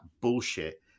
bullshit